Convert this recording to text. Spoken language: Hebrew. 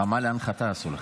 הרמה להנחתה עשו לך.